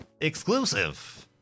Exclusive